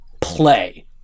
play